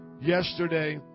Yesterday